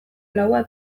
laua